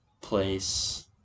place